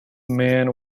man